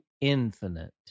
infinite